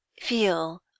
feel